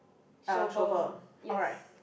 shovel yes